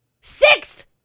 sixth